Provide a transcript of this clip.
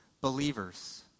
believers